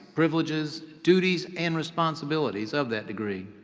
privileges, duties, and responsibilities of that degree.